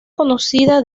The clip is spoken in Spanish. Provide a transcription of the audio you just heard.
conocida